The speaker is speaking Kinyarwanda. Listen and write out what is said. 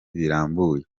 birambuye